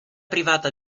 privata